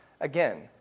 Again